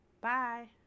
Bye